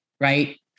right